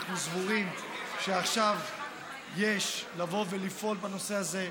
אנחנו סבורים שעכשיו יש לבוא ולפעול בנושא הזה,